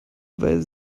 weil